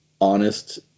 honest